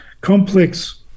complex